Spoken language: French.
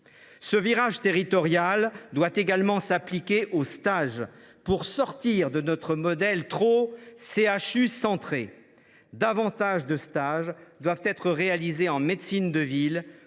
Ce virage territorial doit également s’appliquer aux stages, pour sortir de notre modèle trop « CHU centré ». Davantage de stages doivent être réalisés en médecine de ville,